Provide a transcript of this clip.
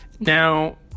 Now